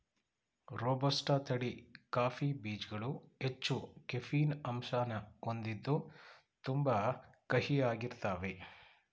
robusta ತಳಿ coffee ಬೀಜ್ಗಳು ಹೆಚ್ಚು ಕೆಫೀನ್ ಅಂಶನ ಹೊಂದಿದ್ದು ತುಂಬಾ ಕಹಿಯಾಗಿರ್ತಾವೇ